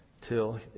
till